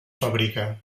fabrica